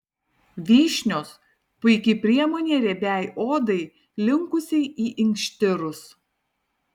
vyšnios puiki priemonė riebiai odai linkusiai į inkštirus